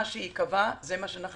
מה שייקבע זה מה שנעשה.